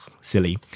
Silly